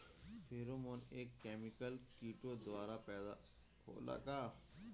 Pheromone एक chemical किटो द्वारा पैदा होला का?